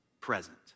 present